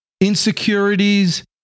insecurities